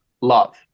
love